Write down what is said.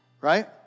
Right